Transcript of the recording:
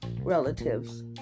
relatives